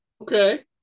okay